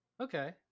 Okay